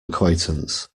acquaintance